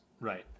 Right